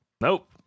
Nope